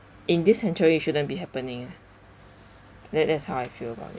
in this century it shouldn't be happening ah that that's how I feel about it